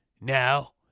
Now